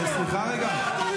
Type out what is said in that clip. סליחה, רגע.